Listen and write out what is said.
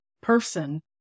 person